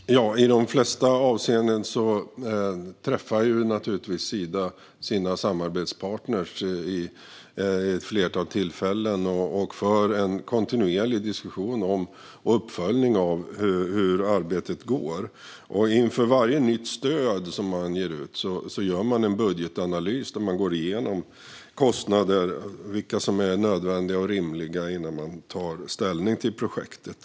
Fru talman! I de flesta avseenden träffar Sida sina samarbetspartner vid ett flertal tillfällen och har en kontinuerlig diskussion om och uppföljning av hur arbetet går. Inför varje nytt stöd som man ger gör man en budgetanalys, där man går igenom vilka kostnader som är nödvändiga och rimliga innan man tar ställning till projektet.